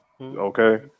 okay